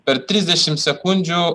per trisdešim sekundžių